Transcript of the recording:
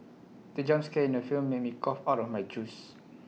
the jump scare in the film made me cough out my juice